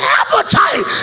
appetite